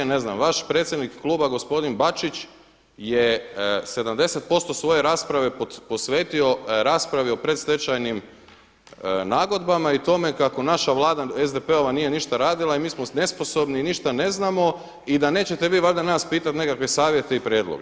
Ne znam vaš predsjednik kluba gospodin Bačić je 70% svoje rasprave posvetio raspravi o predstečajnim nagodbama i tome kako naša Vlada SDP-ova nije ništa radila i mi smo nesposobni i ništa ne znamo i da nećete vi valjda nas pitati nekakve savjete i prijedloge.